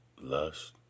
Lust